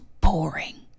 boring